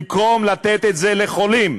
במקום לתת את זה לחולים,